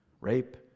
rape